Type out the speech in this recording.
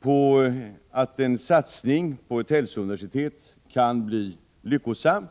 på att en satsning på ett hälsouniversitet skulle bli lyckosam.